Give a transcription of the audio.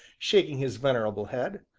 shaking his venerable head,